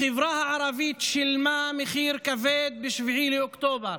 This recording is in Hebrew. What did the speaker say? החברה הערבית שילמה מחיר כבד ב-7 באוקטובר: